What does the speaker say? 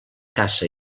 caça